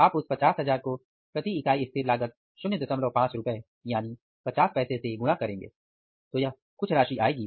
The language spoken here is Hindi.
आप उस 50000 को प्रति इकाई स्थिर लागत 05 रुपए यानी 50 पैसे से गुणा करेंगे तो यह कुछ राशि आएगी